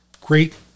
Great